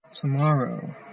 Tomorrow